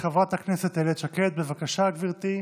חברת הכנסת איילת שקד, בבקשה, גברתי,